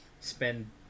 spend